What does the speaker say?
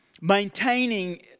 maintaining